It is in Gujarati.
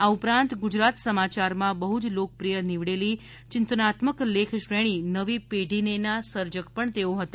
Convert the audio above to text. આ ઉપરાંત ગુજરાત સમાચારમાં બહ્ જ લોકપ્રિય નીવડેલી ચિંતનાત્મક લેખ શ્રેણી નવી પેઢીને ના સર્જક પણ તેઓ હતા